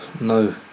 No